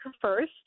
first